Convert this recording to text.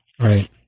Right